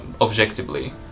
objectively